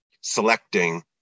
selecting